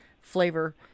flavor